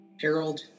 Harold